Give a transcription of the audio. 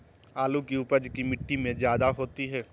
आलु की उपज की मिट्टी में जायदा होती है?